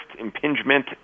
impingement